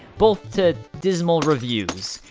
both to dismal reviews.